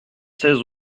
seize